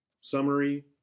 summary